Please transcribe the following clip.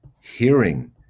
hearing